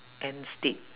end state